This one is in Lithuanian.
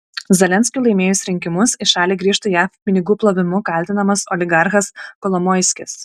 zelenskiui laimėjus rinkimus į šalį grįžtų jav pinigų plovimu kaltinamas oligarchas kolomoiskis